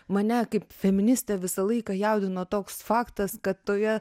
mane kaip feministę visą laiką jaudino toks faktas kad toje